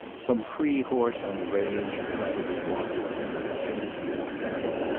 some free horse on the range had probably wandered into the vicinity of the cabin,